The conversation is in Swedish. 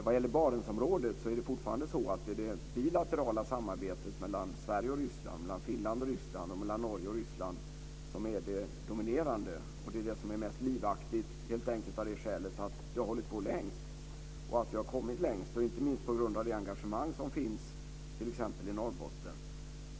Vad gäller Barentsområdet är det bilaterala samarbetet mellan Sverige och Ryssland, mellan Finland och Ryssland och mellan Norge och Ryssland fortfarande det dominerande. Det är det som är mest livaktigt, helt enkelt av det skälet att det har hållit på längst och att vi har kommit längst, inte minst på grund av det engagemang som finns i t.ex. Norrbotten.